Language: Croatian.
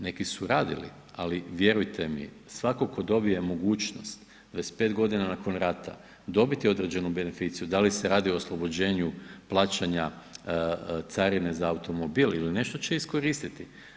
Neki su radili ali vjerujte mi, svatko tko dobije mogućnost 25 g. nakon rata, dobiti određenu beneficiju, da li se radi o oslobođenju plaćanja carine za automobil ili nešto će iskoristiti.